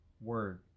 word